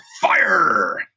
fire